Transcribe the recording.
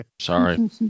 Sorry